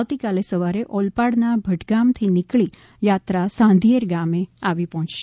આવતીકાલે સવારે ઓલપાડના ભટગામથી નિકળી યાત્રા સાંધિયેર ગામે આવી પહોંચશે